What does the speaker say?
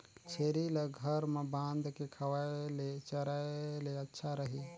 छेरी ल घर म बांध के खवाय ले चराय ले अच्छा रही?